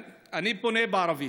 תודה רבה.